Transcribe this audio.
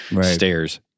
stairs